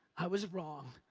i was wrong.